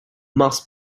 must